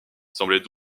semblait